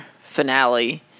finale